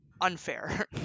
unfair